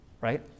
Right